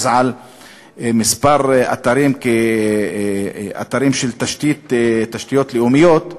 על כמה אתרים כאתרים של תשתיות לאומיות,